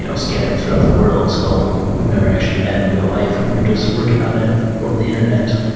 you know scattered throughout the world. so we've never actually met in real life. and we're just working on it over the internet.